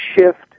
shift